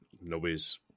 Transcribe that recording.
nobody's